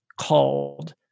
called